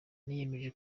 niyemeje